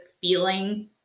feeling